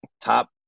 top